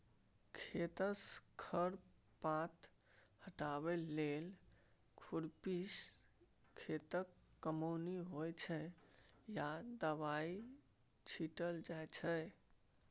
खेतसँ खर पात हटाबै लेल खुरपीसँ खेतक कमौनी होइ छै या दबाइ छीटल जाइ छै